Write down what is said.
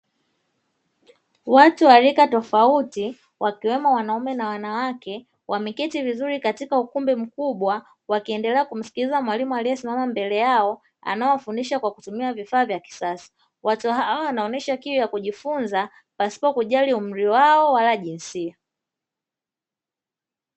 Watu wa rika tofauti wakiwemo wanaume na wanawake wameketi vizuri katika ukumbi mkubwa, wakiendelea kumsikiliza mwalimu aliyesimama mbele yao anawafundisha kwa kutumia vifaa vya kisasa, watu hawa wanaonesha kiu ya kujifunza pasipo kujali umri wao wala jinsia.